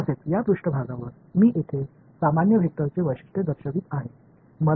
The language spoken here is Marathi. तसेच या पृष्ठभागावर मी येथे सामान्य वेक्टरचे वैशिष्ट्य दर्शवित आहे